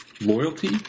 loyalty